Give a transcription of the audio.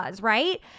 right